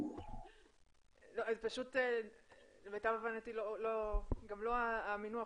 פשוט למיטב הבנתי זה גם לא המינוח